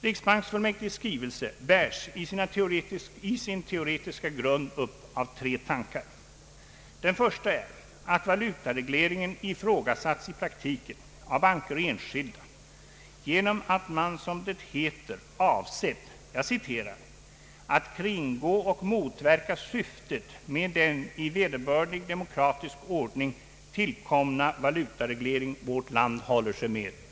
Riksbanksfullmäktiges skrivelse bärs i sin teoretiska grund upp av tre tankar. Den första är att valutaregleringen ifrågasatts i praktiken av banker och enskilda genom att man, som det heter, ”avsett att kringgå och motverka syftet med den i vederbörlig demokratisk ordning tillkomna valutareglering vårt land håller sig med”.